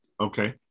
okay